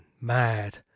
mad